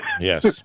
Yes